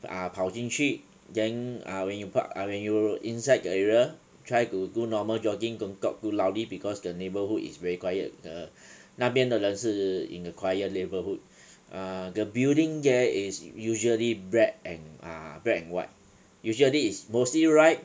ah 跑进去 then ah when you 跑 when you inside the area try to do normal jogging don't talk too loudly because the neighborhood is very quiet the 那边的人是 in a quiet neighborhood err the building there is usually black and ah black and white usually is mostly white